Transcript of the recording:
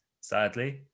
sadly